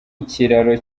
ikiraro